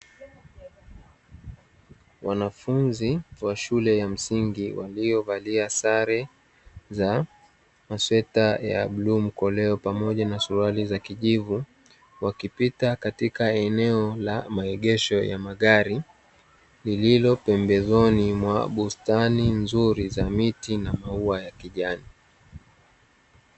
Wanafunzi wa shule ya msingi waliovalia sare za masweta ya bluu mkoleo pamoja na suruali za kijivu, wakipita katika eneo la maegesho ya magari lililo pembezoni mwa bustani nzuri za miti na maua ya kijani.